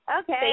Okay